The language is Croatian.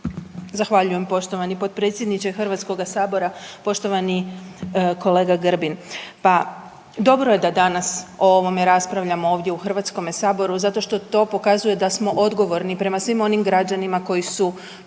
Zahvaljujem poštovani potpredsjedniče Hrvatskoga sabora. Poštovani kolega Grbin, pa dobro je da danas ovdje o ovome raspravljamo ovdje u Hrvatskome saboru zato što to pokazuje da smo odgovorni prema svim onim građanima koji su